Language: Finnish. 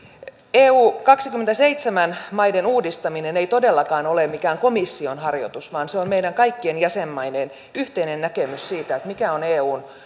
eu kaksikymmentäseitsemän maiden uudistaminen ei todellakaan ole mikään komission harjoitus vaan sen pohjana on meidän kaikkien jäsenmaiden yhteinen näkemys siitä mitkä ovat eun